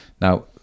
Now